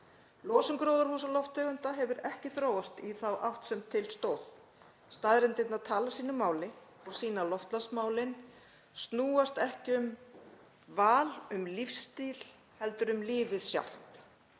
Losun gróðurhúsalofttegunda hefur ekki þróast í þá átt sem til stóð. Staðreyndirnar tala sínu máli og sýna að loftslagsmálin snúast ekki um val um lífsstíl heldur um lífið sjálft.